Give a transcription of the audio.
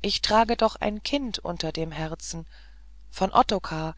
ich trage doch ein kind unter dem herzen von ottokar